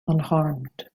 unharmed